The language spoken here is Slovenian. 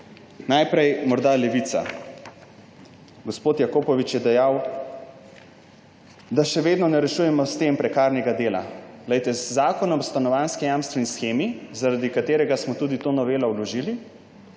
Najprej morda Levica. Gospod Jakopovič je dejal, da še vedno ne rešujemo s tem prekarnega dela. Zakon o stanovanjski jamstveni shemi, zaradi katerega smo tudi to novelo vložili,